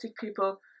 people